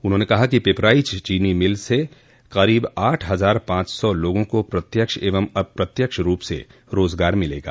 उन्होंने कहा कि पिपराइच चीनी मिल से करीब आठ हजार पांच सौ लोगों को प्रत्यक्ष एवं अप्रत्यक्ष रूप से रोजगार मिलेगा